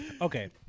Okay